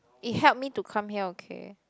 it help me to come here okay